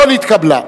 לא נתקבלה.